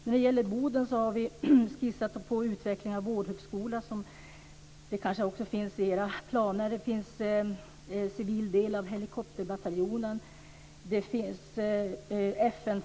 När det gäller Boden har vi skissat på utveckling av vårdhögskola, av en civil del av helikopterbataljonen och av FN-förrådet.